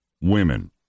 women